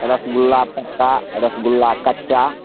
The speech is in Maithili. रसगुल्ला पक्का रसगुल्ला कच्चा